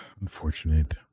unfortunate